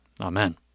Amen